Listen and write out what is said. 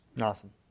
Awesome